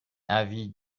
avis